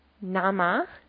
Nama